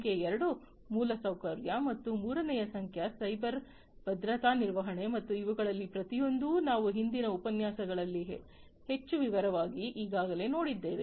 ಸಂಖ್ಯೆ 2 ಮೂಲಸೌಕರ್ಯ ಮತ್ತು ಮೂರನೆಯ ಸಂಖ್ಯೆ ಸೈಬರ್ ಭದ್ರತಾ ನಿರ್ವಹಣೆ ಮತ್ತು ಇವುಗಳಲ್ಲಿ ಪ್ರತಿಯೊಂದೂ ನಾವು ಹಿಂದಿನ ಉಪನ್ಯಾಸಗಳಲ್ಲಿ ಹೆಚ್ಚು ವಿವರವಾಗಿ ಈಗಾಗಲೇ ನೋಡಿದ್ದೇವೆ